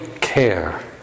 care